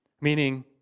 Meaning